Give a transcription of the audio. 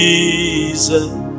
Jesus